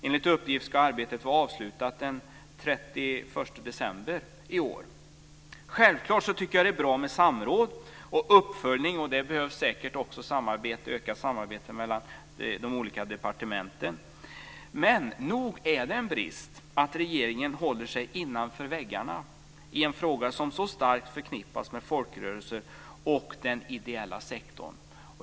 Enligt uppgift ska arbetet vara avslutat den Självklart tycker jag att det är bra med samråd och uppföljning, och det behövs säkert också ökat samarbete mellan de olika departementen. Men nog är det en brist att regeringen håller sig innanför väggarna i en fråga som så starkt förknippas med folkrörelserna och den ideella sektorn.